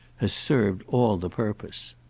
has served all the purpose.